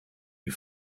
you